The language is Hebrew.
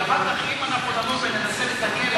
כי אם אחר כך אנחנו נבוא וננסה לתקן,